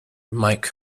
mike